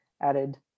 added